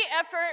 effort